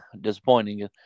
disappointing